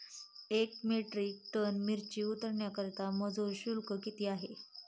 एक metric tonne मिरची उतरवण्याकरता मजूर शुल्क किती आहे?